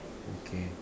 okay